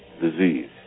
disease